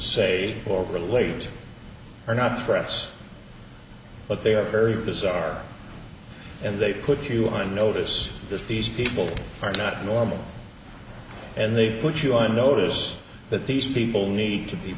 or not threats but they are very bizarre and they put you on notice that these people are not normal and they put you on notice that these people need to be